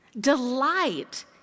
Delight